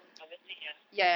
obviously ya